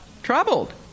Troubled